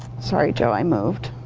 sorry, joe, i moved.